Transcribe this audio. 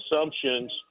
assumptions